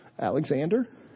Alexander